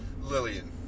Lillian